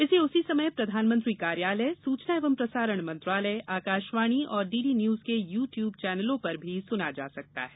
इसे उसी समय प्रधानमंत्री कार्यालय सूचना एवं प्रसारण मंत्रालय आकाशवाणी और डीडी न्यूज के यू ट्यूब चौनलों पर भी सुना जा सकता है